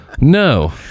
no